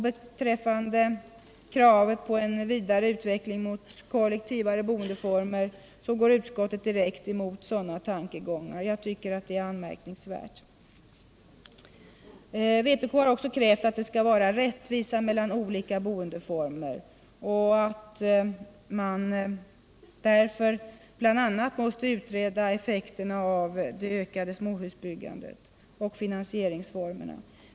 Beträffande kravet på en vidare utveckling mot mera kollektiva boendeformer är att märka att utskottet direkt går emot sådana tankegångar. Jag tycker att detta är anmärkningsvärt. Vpk har också krävt att det skall vara rättvisa mellan olika boendeformer och att man därför bl.a. måste utreda effekterna av ökningen av småhusbyggandet och finansieringsformerna.